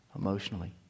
emotionally